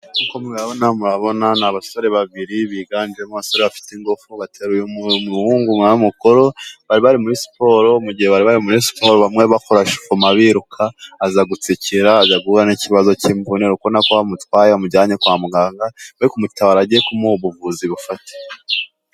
Nkuko mubabona murabona ni abasore babiri biganjemo abasore bafite ingufu bateruye uwo muhungu nawe mukuru bari bari muri siporo mu gihe bari bari muri siporo bamwe bakora eshofema biruka aza gutsikira aza guhura n'ikibazo cy'imvune urikubonako bamutwaye bamujyanye kwa muganga kumutabara ajye kumuha ubuvuzi bufatika.